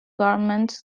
garments